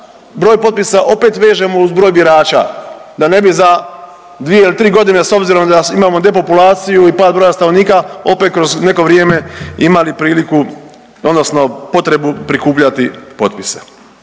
broj potpisa opet vežemo uz broj birača, da ne bi za 2 ili 3 godine s obzirom da imamo depopulaciju i pad broja stanovnika, opet kroz neko vrijeme imali priliku odnosno potrebu prikupljati potpise,